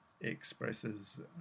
expresses